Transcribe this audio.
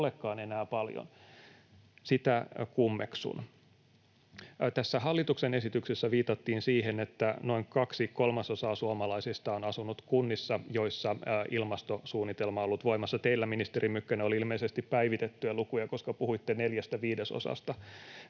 olekaan enää paljon — sitä kummeksun. Tässä hallituksen esityksessä viitattiin siihen, että noin kaksi kolmasosaa suomalaisista on asunut kunnissa, joissa ilmastosuunnitelma on ollut voimassa. Teillä, ministeri Mykkänen, oli ilmeisesti päivitettyjä lukuja, koska puhuitte neljästä viidesosasta.